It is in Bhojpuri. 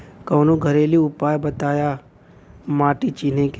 कवनो घरेलू उपाय बताया माटी चिन्हे के?